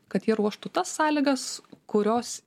kad jie ruoštų tas sąlygas kurios